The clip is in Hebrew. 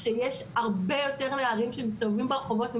שיש במסגרת מחקרים,